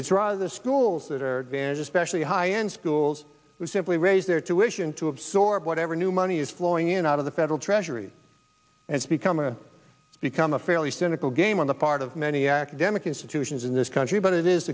rather the schools that are banned especially high end schools who simply raise their tuition to absorb whatever new money is flowing in out of the federal treasury has become a become a fairly cynical game on the part of many academic institutions in this country but it is